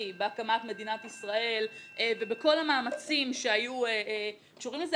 בהקמת מדינת ישראל ובכל המאמצים שהיו קשורים בזה.